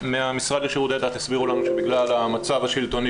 מהמשרד לשירותי דת הסבירו לנו שבגלל המצב השלטוני